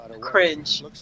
cringe